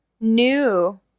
New